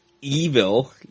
evil